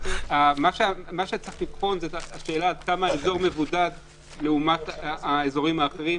מה שצריך זאת השאלה כמה האזור מבודד לעומת האזורים האחרים,